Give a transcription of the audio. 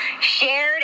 shared